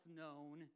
known